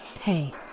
Hey